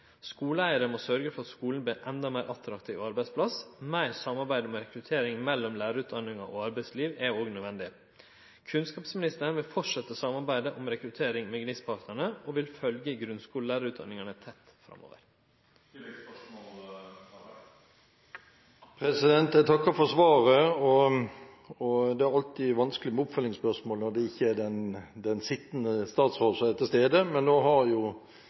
må sørgje for at skulen vert ein enda meir attraktiv arbeidsplass. Meir samarbeid om rekruttering mellom lærarutdanning og arbeidsliv er òg nødvendig. Kunnskapsministeren vil fortsetje samarbeidet om rekruttering med GNIST-partnarane og vil følgje grunnskulelærarutdanningane tett framover. Jeg takker for svaret, og det er alltid vanskelig med oppfølgingsspørsmål når det ikke er den sittende statsråd som er til stede. Men nå har jo